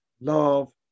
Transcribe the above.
Love